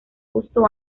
justo